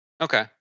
Okay